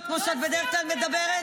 אתה בעד ועדת חקירה ממלכתית?